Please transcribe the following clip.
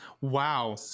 Wow